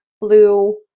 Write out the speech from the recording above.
blue